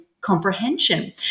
comprehension